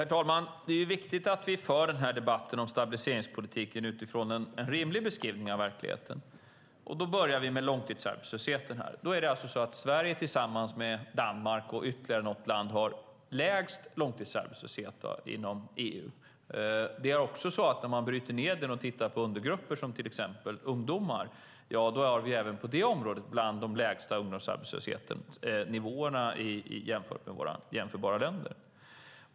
Herr talman! Det är viktigt att vi för debatten om stabiliseringspolitiken utifrån en rimlig beskrivning av verkligheten. Vi börjar med långtidsarbetslösheten. Då är det så att Sverige tillsammans med Danmark och ytterligare något land har lägst långtidsarbetslöshet inom EU. När man bryter ned den och tittar på undergrupper som till exempel ungdomar har vi även på det området bland de lägsta ungdomsarbetslöshetsnivåerna jämfört med jämförbara länder.